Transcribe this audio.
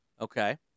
Okay